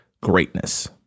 greatness